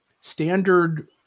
standard